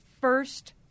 first